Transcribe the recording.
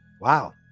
wow